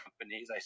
companies